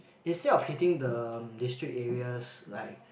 instead of hitting the district areas like